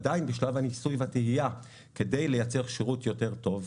עדיין בשלב הניסוי והתהייה כדי לייצר שירות יותר טוב,